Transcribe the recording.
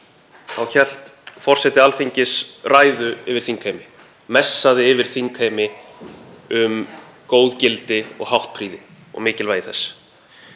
þá hélt forseti Alþingis ræðu yfir þingheimi, messaði yfir þingheimi um góð gildi og háttprýði og mikilvægi þess.